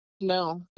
No